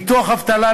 ביטוח אבטלה,